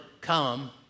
come